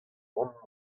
hon